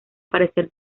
aparecer